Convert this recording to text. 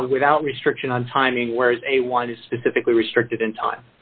without restriction on timing whereas a wine is specifically restricted in time